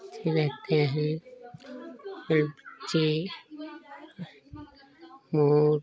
पक्षी रहते हैं पक्षी मोर